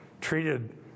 treated